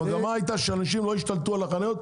המגמה היתה שאנשים לא ישתלטו על החניות,